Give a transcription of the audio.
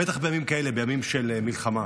בטח בימים כאלה, בימים של מלחמה,